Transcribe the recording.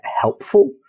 helpful